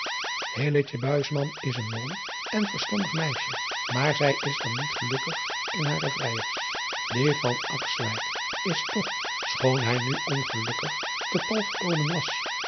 is een mooi en verstandig meisje maar zij is dan niet gelukkig in hare vrijers ie is toch schoon hij nu ongelukkig te pal gekomen was